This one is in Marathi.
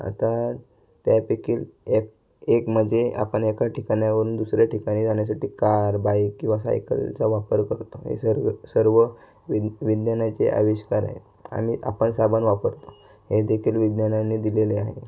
आता त्यापैकील एक एक म्हणजे आपण एका ठिकाणावरून दुसऱ्या ठिकाणी जाण्यासाठी कार बाइक किंवा सायकलचा वापर करतो हे सर्वे सर्व विद विज्ञानाचे आविष्कार आहेत आणि आपण सामान वापरतो हे देखील विज्ञानानी दिलेले आहे